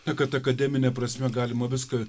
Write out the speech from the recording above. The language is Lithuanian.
na kad akademine prasme galima viską